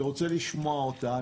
אני רוצה לשמוע אותה.